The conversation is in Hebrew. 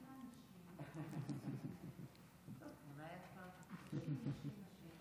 נפגשנו הבוקר בשעה 09:00 בוועדה, ואנחנו